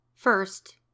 First